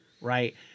right